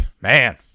man